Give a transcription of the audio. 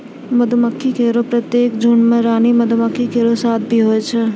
मधुमक्खी केरो प्रत्येक झुंड में रानी मक्खी केरो साथ भी होय छै